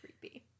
creepy